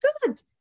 good